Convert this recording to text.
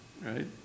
right